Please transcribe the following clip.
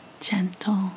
gentle